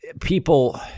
people